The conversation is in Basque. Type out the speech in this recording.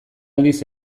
aldiz